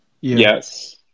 Yes